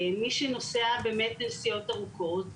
מי שנוסע באמת נסיעות ארוכות,